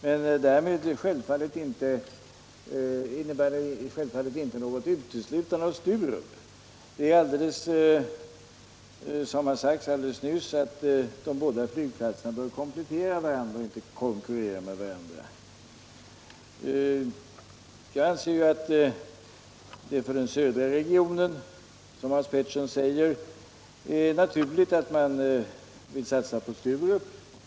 Men det innebär självfallet inte något uteslutande av Sturup. De båda flygplatserna bör, som jag sagt i svaret, komplettera varandra och inte konkurrera med varandra. Som Hans Petersson i Röstånga säger är det naturligt att man för den södra regionen vill satsa på Sturup.